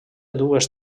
dues